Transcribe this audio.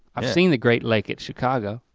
i've seen the great lake at chicago.